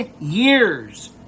years